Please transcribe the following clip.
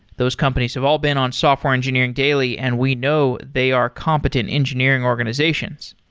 those companies have all been on software engineering daily, and we know they are competent engineering organizations.